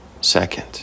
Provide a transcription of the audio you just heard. second